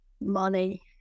money